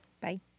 bye